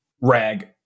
RAG